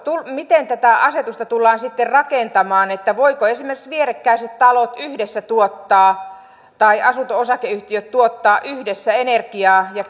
miten tätä asetusta tullaan sitten rakentamaan ja voivatko esimerkiksi vierekkäiset talot tuottaa yhdessä tai asunto osakeyhtiöt tuottaa yhdessä energiaa ja